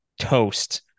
toast